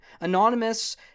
Anonymous